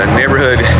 neighborhood